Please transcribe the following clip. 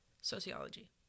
sociology